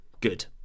good